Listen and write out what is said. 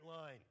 line